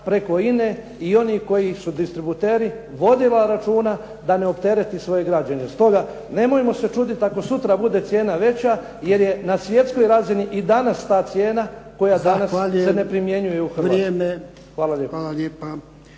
preko INE i oni koji su distributeri vodila računa da ne optereti svoje građane. Stoga nemojmo se čuditi ako sutra bude cijena veća, jer je na svjetskoj razini i danas ta cijena koja danas se ne primjenjuje u Hrvatskoj. Hvala lijepo.